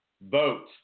vote